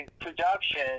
production